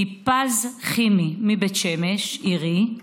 ליפז חימי מבית שמש, עירי,